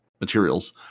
materials